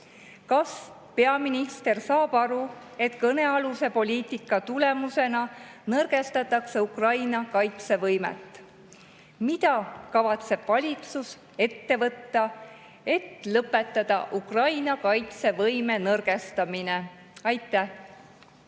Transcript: Kas peaminister saab aru, et kõnealuse poliitika tulemusena nõrgestatakse Ukraina kaitsevõimet? Mida kavatseb valitsus ette võtta, et lõpetada Ukraina kaitsevõime nõrgestamine? Aitäh!